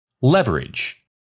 Leverage